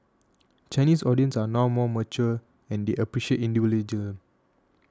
Chinese audience are now more mature and they appreciate individual